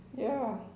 ya